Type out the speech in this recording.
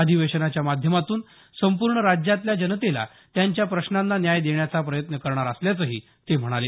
अधिवेशनाच्या माध्यमातून संपूर्ण राज्यातल्या जनतेला त्यांच्या प्रश्नांना न्याय देण्याचा प्रयत्न करणार असल्याचंही ते म्हणाले